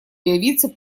явиться